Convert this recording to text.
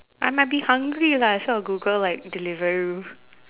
I might be hungry lah so I'll Google like Deliveroo